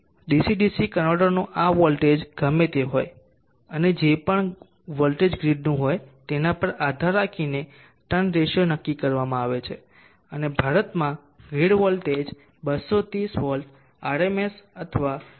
DC DC કન્વર્ટરનું આ voltage ગમે તે હોય અને જે પણ વોલ્ટેજ ગ્રીડનું હોય તેના પર આધાર રાખીને ટર્ન રેશીઓ નક્કી કરવામાં આવે છે અને ભારતમાં આ ગ્રીડ વોલ્ટેજ 230 વોલ્ટ RMS અથવા 325sinωt છે